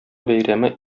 бәйрәме